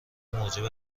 موجب